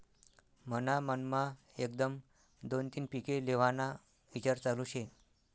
मन्हा मनमा एकदम दोन तीन पिके लेव्हाना ईचार चालू शे